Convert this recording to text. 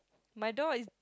my door is